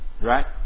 Right